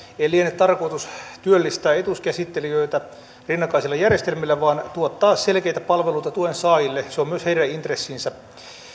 ei liene tarkoitus työllistää etuuskäsittelijöitä rinnakkaisilla järjestelmillä vaan tuottaa selkeitä palveluita tuensaajille se on myös heidän intressinsä